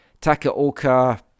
Takaoka